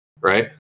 right